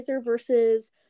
versus